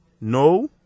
no